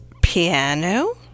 piano